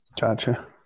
gotcha